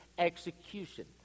execution